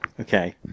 Okay